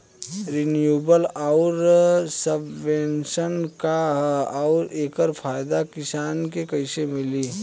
Renewable आउर subvention का ह आउर एकर फायदा किसान के कइसे मिली?